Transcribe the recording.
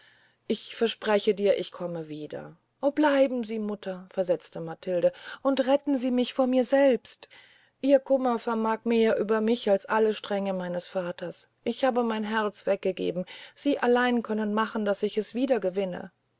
ich verspreche dir ich komme wieder o bleiben sie mutter versetzte matilde und retten sie mich vor mir selbst ihr kummer vermag mehr über mich als alle strenge meines vaters ich habe mein herz weggegeben sie allein können machen daß ich es wieder gewinne